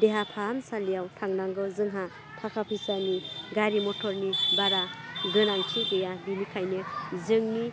देहा फाहामसालियाव थांनांगौ जोंहा थाखा फैसानि गारि मटरनि बारा गोनांथि गैया बेनिखायनो जोंनि